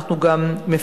אנחנו גם מפרסמים,